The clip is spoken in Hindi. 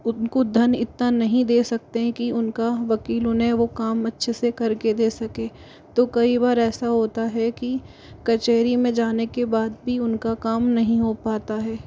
उनको धन इतना नहीं दे सकते हैं कि उनका वकील उन्हें वह काम अच्छे से करके दे सके तो कई बार ऐसा होता है कि कचहरी में जाने के बाद भी उनका काम नहीं हो पाता है